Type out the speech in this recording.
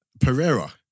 Pereira